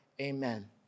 amen